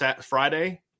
Friday